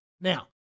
Now